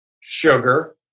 sugar